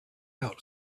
out